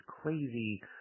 crazy